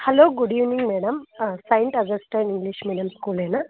hello good evening madam Saint Augustine English medium స్కూలేేనా